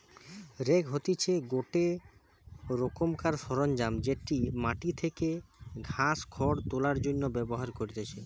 rake হতিছে গটে রোকমকার সরঞ্জাম যেটি মাটি থেকে ঘাস, খড় তোলার জন্য ব্যবহার করতিছে